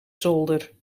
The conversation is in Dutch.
zolder